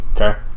Okay